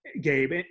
Gabe